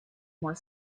more